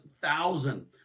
thousand